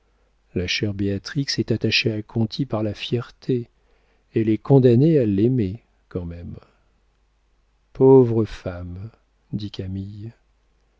la chère béatrix est attachée à conti par la fierté elle est condamnée à l'aimer quand même pauvre femme dit